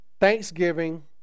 thanksgiving